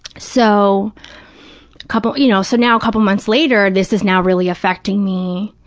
so, a couple, you know, so now a couple months later, this is now really affecting me,